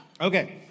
Okay